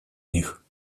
них